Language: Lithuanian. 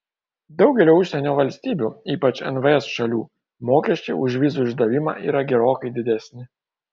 daugelio užsienio valstybių ypač nvs šalių mokesčiai už vizų išdavimą yra gerokai didesni